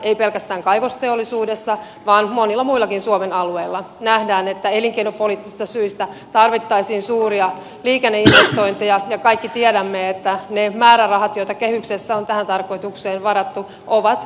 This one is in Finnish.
ei pelkästään kaivosteollisuudessa vaan monilla muillakin suomen alueilla nähdään että elinkeinopoliittisista syistä tarvittaisiin suuria liikenneinvestointeja ja kaikki tiedämme että ne määrärahat joita kehyksessä on tähän tarkoitukseen varattu ovat sidottuja hyvin pitkälle